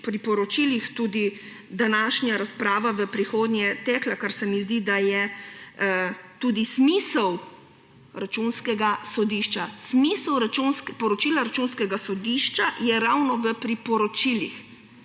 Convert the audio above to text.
priporočilih današnja razprava tudi v prihodnje tekla, kar se mi zdi, da je tudi smisel Računskega sodišča. Smisel poročila Računskega sodišča je ravno v priporočilih,